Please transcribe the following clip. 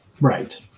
Right